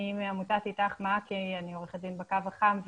אני עו"ד ב"קו החם".